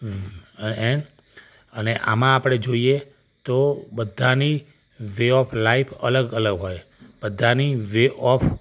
વ અને આમાં આપણે જોઈએ તો બધાની વે ઑફ લાઈફ અલગ અલગ હોય બધાની વે ઑફ